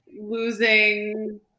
losing